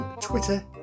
Twitter